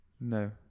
No